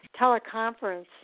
Teleconference